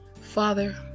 Father